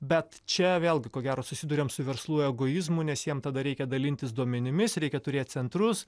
bet čia vėlgi ko gero susiduriam su verslų egoizmu nes jiem tada reikia dalintis duomenimis reikia turėt centrus